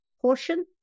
portion